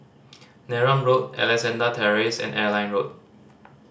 Neram Road Alexandra Terrace and Airline Road